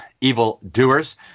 evildoers